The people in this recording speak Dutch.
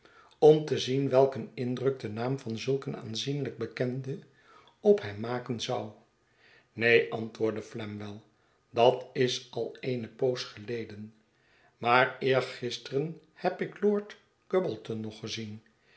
om te zien welk een indruk de naam van zulk een aanzienlijken bekende op hem maken zou neen antwoordde flamwell dat is al eene poos geleden maar eergisteren heb ik lord gubbleton nog gezien